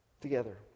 together